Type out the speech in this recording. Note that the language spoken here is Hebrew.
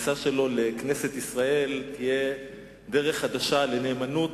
שהכניסה שלו לכנסת ישראל תהיה דרך חדשה לנאמנות